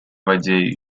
воде